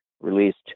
released